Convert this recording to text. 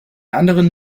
anderen